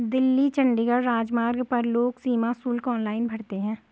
दिल्ली चंडीगढ़ राजमार्ग पर लोग सीमा शुल्क ऑनलाइन भरते हैं